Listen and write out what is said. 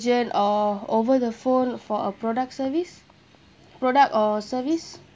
agent or over the phone for a product service product or service